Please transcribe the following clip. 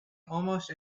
almost